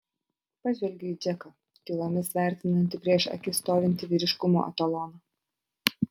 pažvelgiu į džeką tylomis vertinantį prieš akis stovintį vyriškumo etaloną